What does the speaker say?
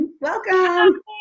welcome